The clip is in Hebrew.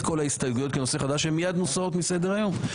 את כל ההסתייגויות כנושא חדש והן מיד מוסרות מסדר היום.